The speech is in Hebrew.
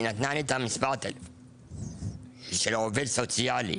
היא נתנה לי את המספר טלפון של העובד הסוציאלי